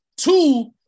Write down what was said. Two